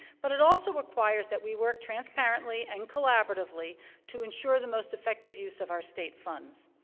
but it also requires that we work transparently and collaboratively to ensure the most effective use of our state funds.